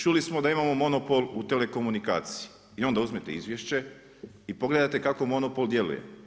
Čuli smo da imamo monopol u telekomunikaciji i onda uzmete izvješće i pogledajte kako monopol djeluje.